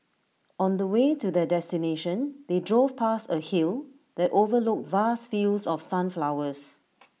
on the way to their destination they drove past A hill that overlooked vast fields of sunflowers